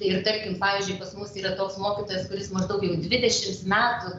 tai ir tarkim pavyzdžiui pas mus yra toks mokytojas kuris maždaug dvidešimts metų